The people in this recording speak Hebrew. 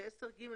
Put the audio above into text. זה 10(ג).